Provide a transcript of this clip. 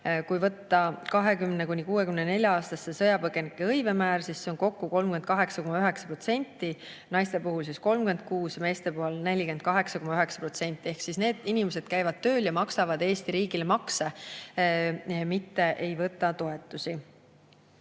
Kui võtta 20–64-aastaste sõjapõgenike hõive määr, siis see on kokku 38,9%, naiste puhul 36% ja meeste puhul 48,9%. Need inimesed käivad tööl ja maksavad Eesti riigile makse, mitte ei võta toetusi.